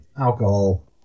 alcohol